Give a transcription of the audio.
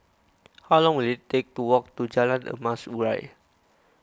how long will it take to walk to Jalan Emas Urai